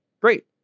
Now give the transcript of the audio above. great